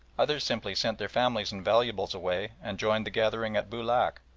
others simply sent their families and valuables away and joined the gathering at boulac,